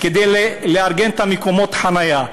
כדי לארגן את מקומות החניה,